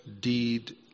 deed